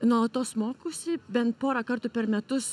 nuolatos mokausi bent porą kartų per metus